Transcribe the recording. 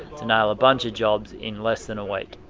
to nail a bunch of jobs in less than a week.